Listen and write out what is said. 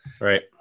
Right